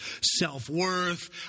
self-worth